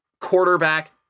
quarterback